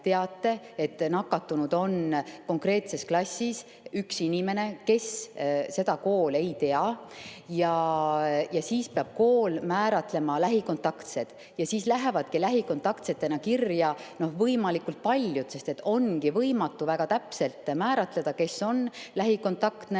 teate, et nakatunud on konkreetses klassis üks inimene – kes, seda kool ei tea –, ja siis peab kool määratlema lähikontaktsed. Siis lähevadki lähikontaktsetena kirja võimalikult paljud, sest ongi võimatu väga täpselt määratleda, kes on lähikontaktne,